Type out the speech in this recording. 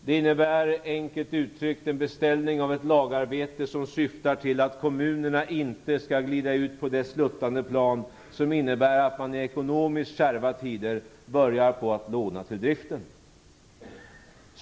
Det innebär, enkelt uttryckt, en beställning av ett lagarbete som syftar till att kommunerna inte skall glida ut på det sluttande plan som innebär att man i ekonomiskt kärva tider börjar låna till driften.